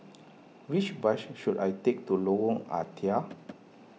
which bus should I take to Lorong Ah Thia